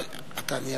תודה,